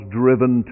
driven